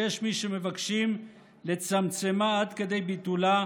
שיש מי שמבקשים לצמצמה עד כדי ביטולה,